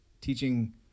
teaching